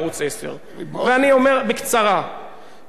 בעזרת השם אנחנו נשלים היום את החקיקה בעניינכם,